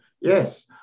Yes